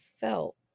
felt